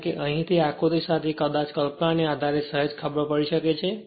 કારણ કે અહીંથી આકૃતિ સાથે કદાચ કલ્પનાને આધારે સહેજ ખબર પડી શકે છે